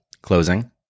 closing